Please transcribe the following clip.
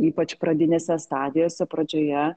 ypač pradinėse stadijose pradžioje